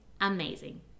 amazing